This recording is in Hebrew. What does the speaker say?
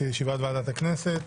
אני מתכבד לפתוח את ישיבת ועדת הכנסת.